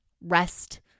rest